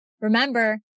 Remember